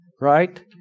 right